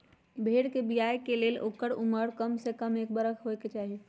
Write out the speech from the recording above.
भेड़ कें बियाय के लेल ओकर उमर कमसे कम एक बरख होयके चाही